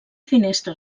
finestra